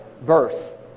Birth